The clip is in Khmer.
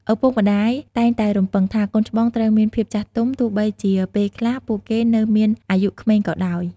ឪពុកម្ដាយតែងតែរំពឹងថា កូនច្បងត្រូវមានភាពចាស់ទុំ ទោះបីជាពេលខ្លះពួកគេនៅមានអាយុក្មេងក៏ដោយ។